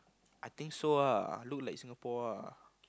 I think so ah look like Singapore ah